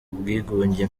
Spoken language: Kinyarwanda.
bwigunge